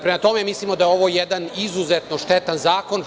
Prema tome, mislimo da je ovo jedan izuzetno štetan zakon.